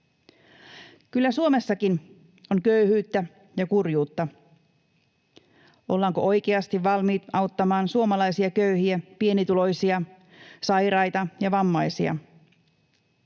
Kyllä Suomessakin on köyhyyttä ja kurjuutta. Ollaanko oikeasti valmiit auttamaan suomalaisia köyhiä, pienituloisia, sairaita ja vammaisia?